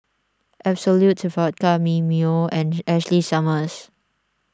Absolut Vodka Mimeo and Ashley Summers